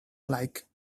like